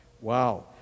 Wow